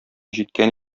җиткән